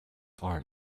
are